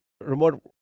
remote